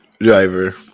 driver